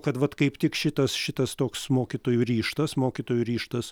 kad vat kaip tik šitas šitas toks mokytojų ryžtas mokytojų ryžtas